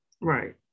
right